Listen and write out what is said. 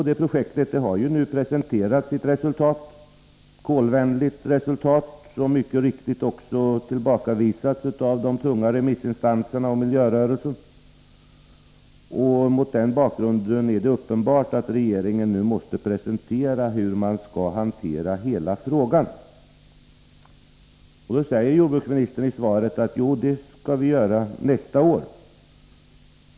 Men det projektet har nu presenterat sitt resultat, ett kolvänligt resultat som mycket riktigt också tillbakavisats av de tunga remissinstanserna och miljörörelsen. Mot den bakgrunden är det uppenbart att regeringen nu måste redovisa hur man skall hantera hela frågan. Det skall vi göra nästa år, förklarar jordbruksministern i svaret.